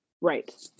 Right